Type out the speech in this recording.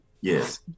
Yes